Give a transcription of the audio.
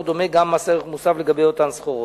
דומה גם ממס ערך מוסף לגבי אותן סחורות.